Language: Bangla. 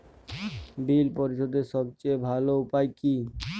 বিল পরিশোধের সবচেয়ে ভালো উপায় কী?